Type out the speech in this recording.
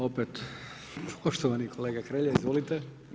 Opet poštovani kolega Hrelja, izvolite.